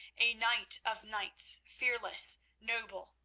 a knight of knights, fearless, noble,